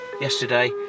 yesterday